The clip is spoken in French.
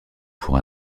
pour